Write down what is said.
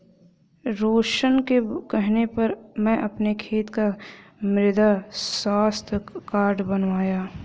रोशन के कहने पर मैं अपने खेत का मृदा स्वास्थ्य कार्ड बनवाया